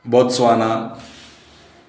Botswana